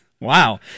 Wow